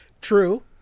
True